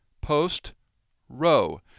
post-row